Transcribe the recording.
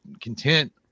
content